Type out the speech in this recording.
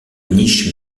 niches